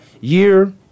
year